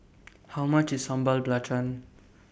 How much IS Sambal Belacan